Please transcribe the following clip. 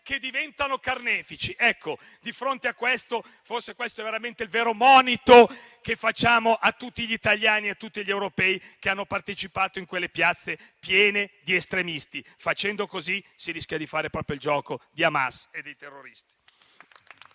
diventano carnefici. Questo forse è il vero monito che facciamo a tutti gli italiani e a tutti gli europei che hanno partecipato in quelle piazze piene di estremisti: facendo così si rischia di fare proprio il gioco di Hamas e dei terroristi.